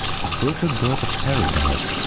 the purple bird-of-paradise,